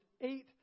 eight